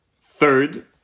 Third